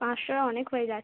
পাঁচশো অনেক হয়ে যাচ্ছে